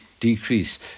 Decrease